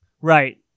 Right